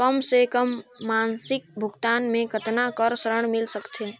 कम से कम मासिक भुगतान मे कतना कर ऋण मिल सकथे?